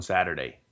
Saturday